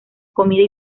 comida